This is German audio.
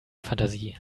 fantasie